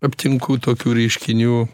aptinku tokių reiškinių